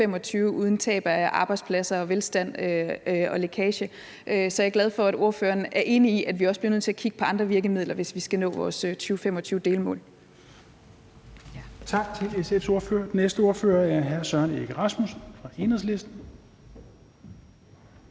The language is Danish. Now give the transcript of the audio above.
2025 uden tab af arbejdspladser, velstand og lækage. Så jeg er glad for, at ordføreren er enig i, at vi også bliver nødt til at kigge på andre virkemidler, hvis vi skal nå vores 2025-delmål.